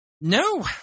No